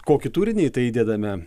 kokį turinį į tai įdedame